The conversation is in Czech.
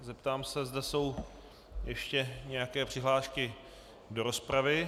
Zeptám se, zda jsou ještě nějaké přihlášky do rozpravy.